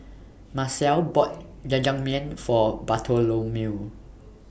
Marcelle bought Jajangmyeon For Bartholomew